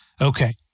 okay